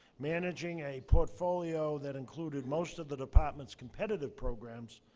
managing a portfolio that included most of the department's competitive programs,